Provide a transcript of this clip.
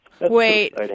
Wait